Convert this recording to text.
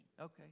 Okay